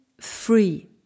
free